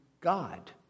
God